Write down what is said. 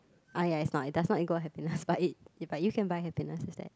I as not it does not equal happiness but it but you can buy happiness just like